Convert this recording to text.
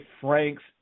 Franks